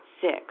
Six